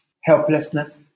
helplessness